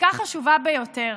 חקיקה חשובה ביותר